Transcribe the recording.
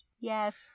Yes